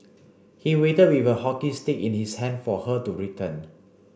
he waited with a hockey stick in his hand for her to return